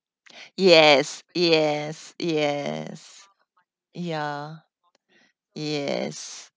yes yes yes ya yes